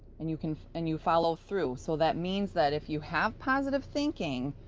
and you can and you follow through. so that means that if you have positive thinking,